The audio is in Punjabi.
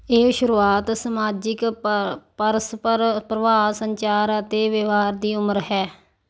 ਇਹ ਸ਼ੁਰੂਆਤ ਸਮਾਜਿਕ ਪ ਪਰਸਪਰ ਪ੍ਰਭਾਵ ਸੰਚਾਰ ਅਤੇ ਵਿਵਹਾਰ ਦੀ ਉਮਰ ਹੈ